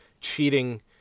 cheating